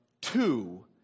two